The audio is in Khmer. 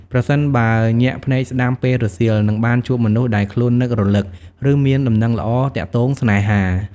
ប្រសិនបើ ញាក់ភ្នែកស្តាំ ពេលរសៀល នឹងបានជួបមនុស្សដែលខ្លួននឹករឭក ឬមានដំណឹងល្អទាក់ទងស្នេហា។